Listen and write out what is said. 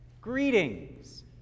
Greetings